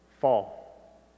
fall